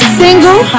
single